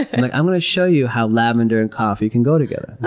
and i'm gonna show you how lavender and coffee can go together.